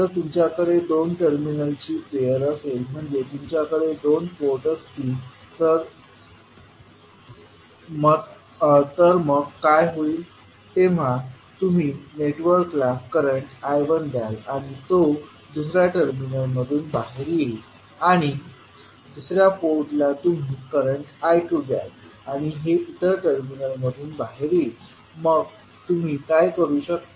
जर तुमच्याकडे दोन टर्मिनलची पेयर असेल म्हणजे तुमच्याकडे दोन पोर्ट असतील तर मग काय होईल जेव्हा तुम्ही नेटवर्कला करंट I1द्याल आणि तो दुसर्या टर्मिनलमधून बाहेर येईल आणि दुसर्या पोर्टला तुम्ही करंट I2द्याल आणि हे इतर टर्मिनलमधून बाहेर येईल मग तुम्ही काय करू शकता